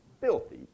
filthy